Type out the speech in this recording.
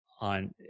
on